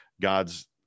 god's